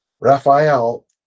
raphael